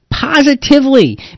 Positively